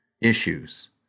issues